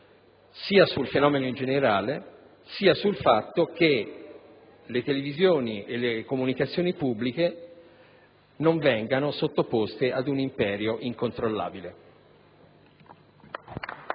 sia sul fenomeno in generale sia sul fatto che le televisioni e le comunicazioni pubbliche non vengano sottoposte ad un imperio incontrollabile.